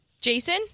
Jason